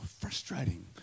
frustrating